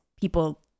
people